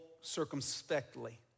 circumspectly